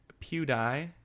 PewDie